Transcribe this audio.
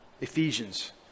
Ephesians